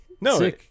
No